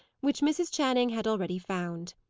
which mrs. channing had already found.